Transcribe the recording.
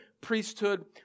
priesthood